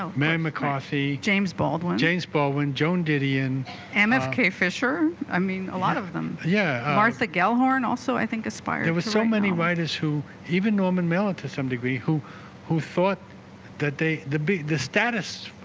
ah mary mccarthy james baldwin james baldwin joan didion mfk fisher i mean a lot of them yeah martha gellhorn also i think aspired there was so many writers who even norman mellon to some degree who who thought that they the big the status